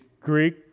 Greek